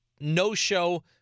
no-show